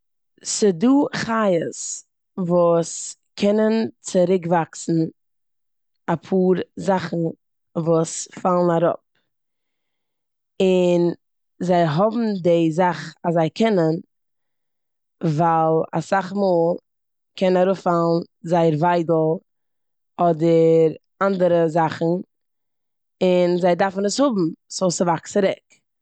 ס'דא חיות וואס קענען צוריקוואקסן אפאר זאכן וואס פאלן אראפ און זיי האבן די זאך אז זיי קענען ווייל אסאך מאל קען אראפפאלן זייער וויידל אדער אנדערע זאכן און זיי דארפן עס האבן סאו ס'וואקסט צירוק.